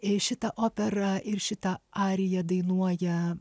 šitą operą ir šitą ariją dainuoja